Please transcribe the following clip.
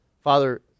Father